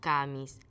Camis